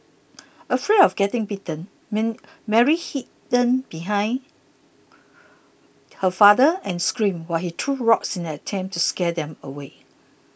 afraid of getting bitten men Mary hidden behind her father and screamed while he threw rocks in an attempt to scare them away